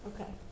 Okay